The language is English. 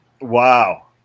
Wow